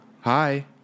Hi